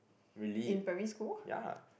really ya